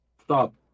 Stop